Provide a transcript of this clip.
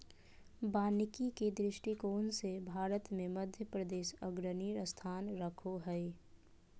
वानिकी के दृष्टिकोण से भारत मे मध्यप्रदेश अग्रणी स्थान रखो हय